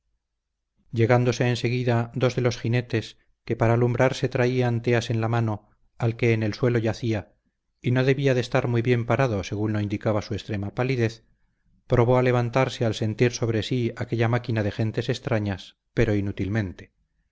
en seguida dos de los jinetes que para alumbrarse traían teas en la mano al que en el suelo yacía y no debía de estar muy bien parado según lo indicaba su extrema palidez probó a levantarse al sentir sobre sí aquella máquina de gentes extrañas pero inútilmente